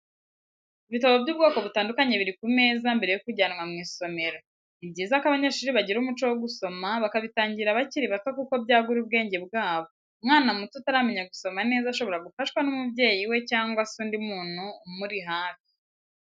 Ibitabo by'ubwoko butandukanye biri ku meza mbere yo kujyanwa mw'isomero, ni byiza ko abanyeshuri bagira umuco wo gusoma bakabitangira bakiri bato kuko byagura ubwenge bwabo, umwana muto utaramenya gusoma neza shobora gufashwa n'umubyeyi cyangwa se undi muntu umuri hafi.